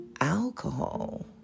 alcohol